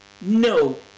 No